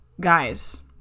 Guys